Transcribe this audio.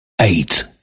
eight